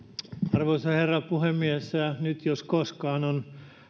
arvoisa herra puhemies nyt jos koskaan on